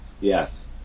Yes